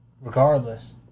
Regardless